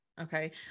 okay